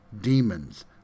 demons